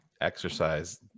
exercise